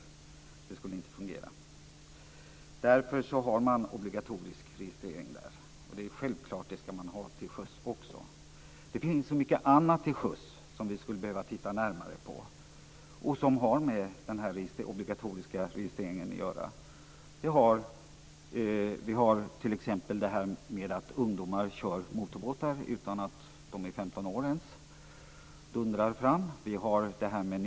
Det skulle inte fungera. Därför har man obligatorisk registrering av dem, och det är självklart att man skall ha det också till sjöss. Det finns mycket annat till sjöss som vi skulle behöva titta närmare på och som har att göra med den obligatoriska registreringen. Vi har t.ex. det förhållandet att ungdomar som inte ens fyllt 15 dundrar fram med motorbåtar.